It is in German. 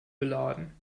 beladen